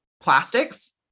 plastics